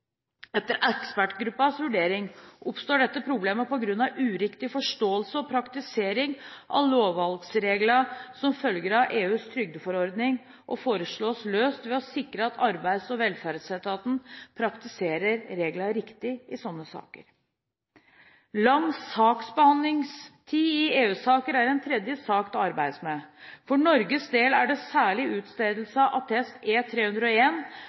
Etter ekspertgruppens vurdering oppstår dette problemet på grunn av uriktig forståelse og praktisering av lovvalgsreglene som følger av EUs trygdeforordning, og foreslås løst ved å sikre at arbeids- og velferdsetaten praktiserer reglene riktig i slike saker. Lang saksbehandlingstid i EU-saker er en tredje sak det arbeides med. For Norges del er det særlig utstedelse av attest E-301, om overføring av arbeids- og